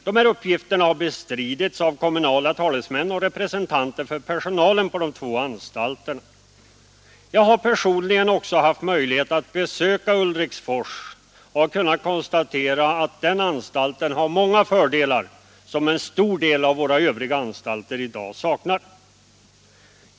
Dessa uppgifter har bestridits av kommunala talesmän och representanter för personalen på de två anstalterna. Jag har personligen också haft möjlighet att besöka Ulriksfors, och jag har kunnat konstatera att den anstalten har många fördelar som en stor del av våra övriga anstalter i dag saknar.